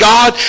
God